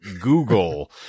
Google